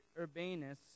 Urbanus